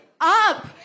up